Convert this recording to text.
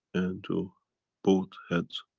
and to both heads,